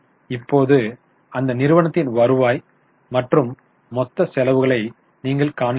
இப்போது அந்த நிறுவனத்தின் வருவாய் மற்றும் மொத்த செலவுகளை நீங்கள் காண்கிறீர்கள்